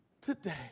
Today